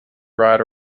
ride